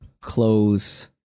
close